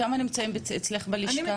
כמה נמצאים אצלך בלשכה?